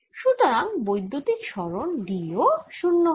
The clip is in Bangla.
সুতরাং বৈদ্যুতিক সরণ D ও 0 হবে